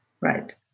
Right